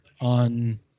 on –